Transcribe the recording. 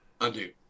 undo